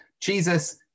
Jesus